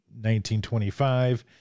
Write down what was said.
1925